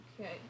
Okay